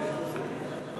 אדוני, חמש דקות.